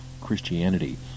Christianity